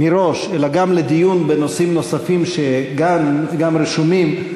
מראש אלא גם לדיון בנושאים נוספים, שגם רשומים,